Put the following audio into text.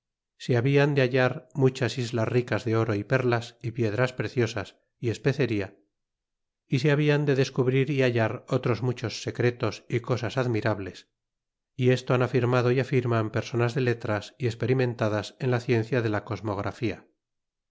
se hablan de hallar muchas islas ricas de oro y perlas y piedras preciosas y cspeceria y se hablan de descubrir y hallar otros muchos secretos y cosas admirables y esto han afirmado y afirman personas de letras y experimentadas en la ciencia de la cosmografia